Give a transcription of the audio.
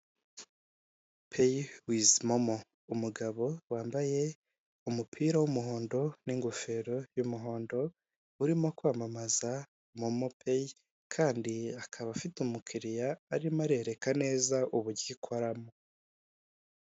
Peyi wizi momo, umugabo wambaye umupira w'umuhondo n'ingofero y'umuhondo urimo kwamamaza momopeyi, kandi akaba afite umukiriya arimo arereka neza ubu uburyo ikoramo.